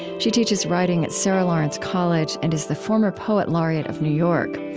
she teaches writing at sarah lawrence college and is the former poet laureate of new york.